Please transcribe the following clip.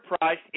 price